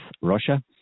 Russia